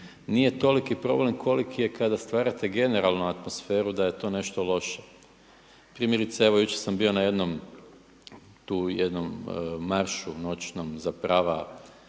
nije toliki problem koliki je kada stvarate generalno atmosferu da je to nešto loše. Primjerice, evo jučer sam bio na jednom, tu jednom maršu noćnom za prava